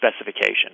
specification